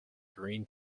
green